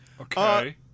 Okay